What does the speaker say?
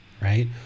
right